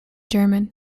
german